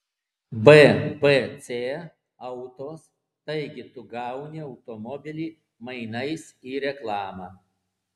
bbc autos taigi tu gauni automobilį mainais į reklamą